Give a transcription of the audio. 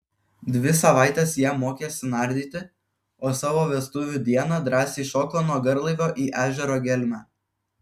dvi savaites jie mokėsi nardyti o savo vestuvių dieną drąsiai šoko nuo garlaivio į ežero gelmę